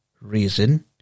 reason